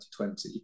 2020